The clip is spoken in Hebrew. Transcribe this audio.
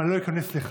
אבל אני לא איכנס לכך.